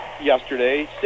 yesterday